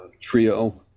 Trio